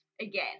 again